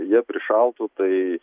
jie prišaltų tai